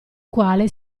quale